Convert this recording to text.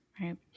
Right